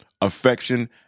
affection